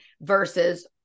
versus